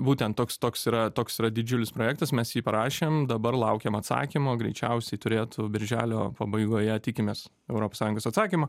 būtent toks toks yra toks yra didžiulis projektas mes jį parašėm dabar laukiam atsakymo greičiausiai turėtų birželio pabaigoje tikimės europos sąjungos atsakymo